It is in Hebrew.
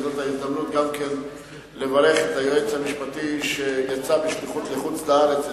זאת ההזדמנות לברך את היועץ המשפטי שיצא בשליחות לחוץ-לארץ,